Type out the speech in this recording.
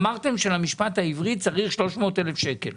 אמרתם שלמשפט העברי צריך 300 אלף שקלים?